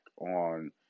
on